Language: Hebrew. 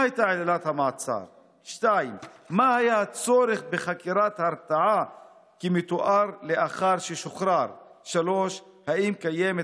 1. האם אי פעם